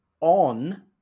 on